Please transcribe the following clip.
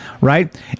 right